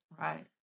right